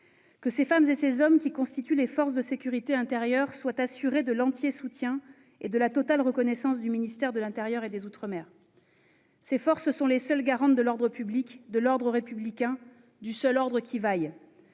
Que les femmes et les hommes qui constituent les forces de sécurité intérieure soient assurés de l'entier soutien et de la totale reconnaissance du ministère de l'intérieur et des outre-mer. Ces forces sont les seules garantes de l'ordre public, de l'ordre républicain, du seul ordre qui vaille.